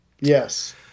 yes